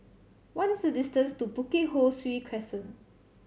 what is the distance to Bukit Ho Swee Crescent